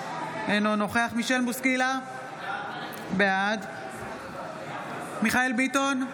אינו נוכח מישל בוסקילה, בעד מיכאל מרדכי ביטון,